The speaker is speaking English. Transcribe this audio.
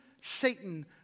Satan